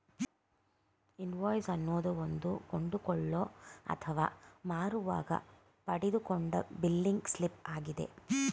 invoice ಅನ್ನೋದು ಒಂದು ಕೊಂಡುಕೊಳ್ಳೋ ಅಥವಾ ಮಾರುವಾಗ ಪಡೆದುಕೊಂಡ ಬಿಲ್ಲಿಂಗ್ ಸ್ಲಿಪ್ ಆಗಿದೆ